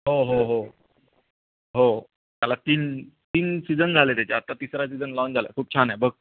हो हो हो हो त्याला तीन तीन सीझन झालं आहे त्याच्या आत्ता तिसरा सीझन लाँच झाला आहे खूप छान आहे बघ